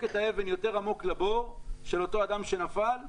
את האבן עמוק יותר לבור של אותו אדם שנפל,